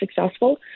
successful